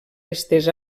estès